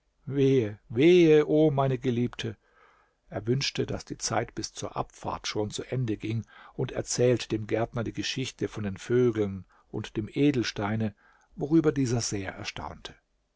meine geliebte er wünschte daß die zeit bis zur abfahrt schon zu ende ging und erzählte dem gärtner die geschichte von den vögeln und dem edelsteine worüber dieser sehr erstaunte